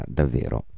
davvero